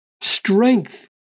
strength